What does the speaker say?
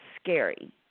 scary